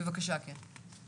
בבקשה, כן.